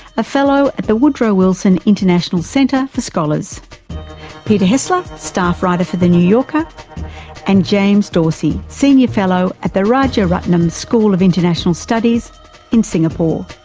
a fellow at the woodrow wilson international center for scholars peter hessler, staff writer for the new yorker and james dorsey, senior fellow at the rajaratnam school of international studies in singapore.